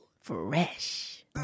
fresh